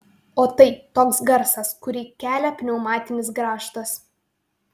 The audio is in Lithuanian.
o tai toks garsas kurį kelia pneumatinis grąžtas